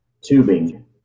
tubing